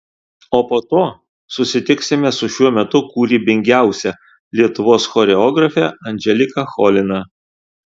o po to susitiksime su šiuo metu kūrybingiausia lietuvos choreografe andželika cholina